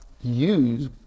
use